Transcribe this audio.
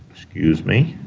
excuse me.